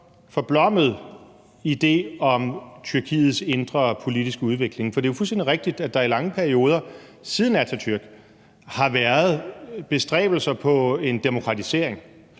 forblommet idé om Tyrkiets indre politiske udvikling. Det er fuldstændig rigtigt, at der i lange perioder siden Atatürk har været bestræbelser på en demokratisering,